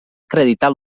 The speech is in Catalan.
acreditar